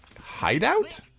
hideout